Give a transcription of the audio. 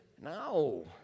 no